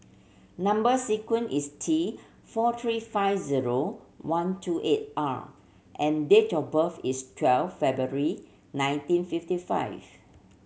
number sequence is T four three five zero one two eight R and date of birth is twelve February nineteen fifty five